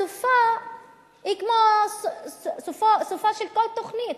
סופה הוא כמו סופה של כל תוכנית: